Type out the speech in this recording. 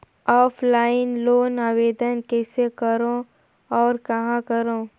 Offline loan आवेदन कइसे करो और कहाँ करो?